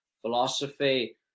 philosophy